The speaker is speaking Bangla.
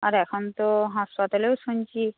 আর এখন তো হাসপাতালেও শুনছি